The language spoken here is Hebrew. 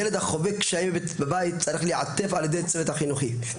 ילד החווה קשיים בבית צריך להיעטף על ידי הצוות החינוכי,